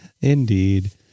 Indeed